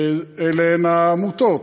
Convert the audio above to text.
אלה הן העמותות,